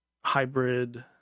hybrid